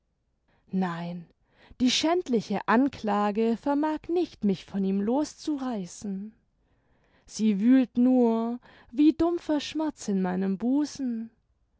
nein die schändliche anklage vermag nicht mich von ihm loszureißen sie wühlt nur wie dumpfer schmerz in meinem busen